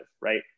right